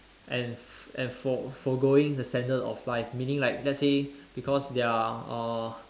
and and for forgoing the standard of life meeting like let's say because they are